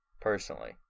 personally